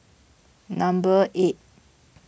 number eight